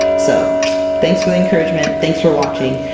so thanks for the encouragement, thanks for watching,